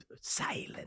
silent